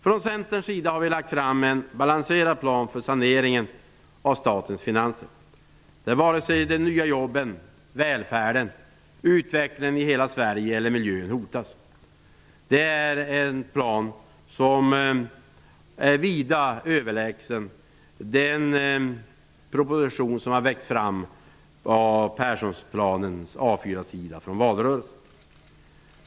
Vi i Centern har lagt fram en balanserad plan för saneringen av statens finanser, där varken de nya jobben, välfärden och utvecklingen i hela Sverige eller miljön hotas. Det är en plan som är vida överlägsen den proposition som har växt fram ur Perssonplanens A 4-sida från valrörelsen.